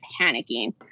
panicking